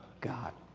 god.